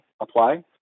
apply